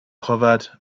covered